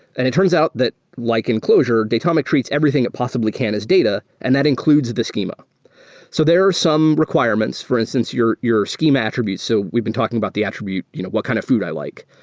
and it turns out that like in clojure, datomic treats everything it possibly can as data, and that includes the schema so there are some requirements, for instance, your your scheme attribute. so we've we been talking about the attribute you know what kind of food i like.